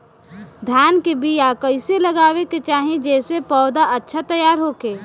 धान के बीया कइसे लगावे के चाही जेसे पौधा अच्छा तैयार होखे?